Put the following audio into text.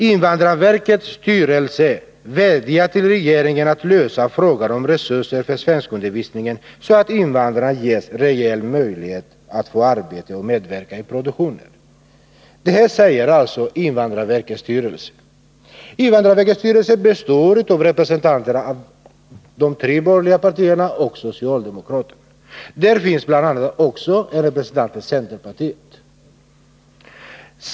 Invandrarverkets styrelse vädjar till regeringen att lösa frågan om resurser för svenskundervisningen, så att invandrarna ges reell möjlighet att få arbete och medverka i produktionen.” Detta säger alltså invandrarverkets styrelse. Den består av representanter för de tre borgerliga partierna och socialdemokraterna. Där finns bl.a. också en representant för centerpartiet.